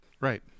Right